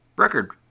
record